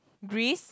Greece